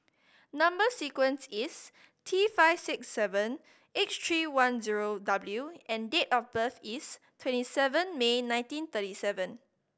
number sequence is T five six seven eight three one zero W and date of birth is twenty seven May nineteen thirty seven